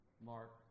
Mark